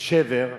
ושבר,